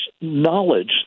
knowledge